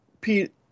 Pete